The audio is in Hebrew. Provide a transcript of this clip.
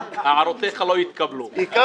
-- בחודש הזה הכרתי בן אדם שבאמת